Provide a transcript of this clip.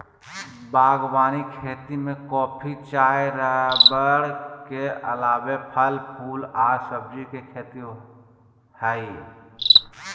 बागवानी खेती में कॉफी, चाय रबड़ के अलावे फल, फूल आर सब्जी के खेती हई